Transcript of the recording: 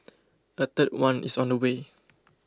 a third one is on the way